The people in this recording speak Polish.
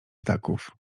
ptaków